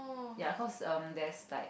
ya cause um there's like